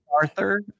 arthur